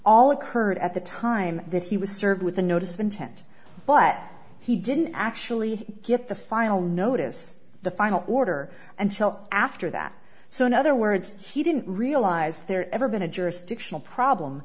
all occurred at the time that he was served with a notice of intent but he didn't actually get the final notice the final order until after that so in other words he didn't realize there ever been a jurisdictional problem